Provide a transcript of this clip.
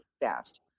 fast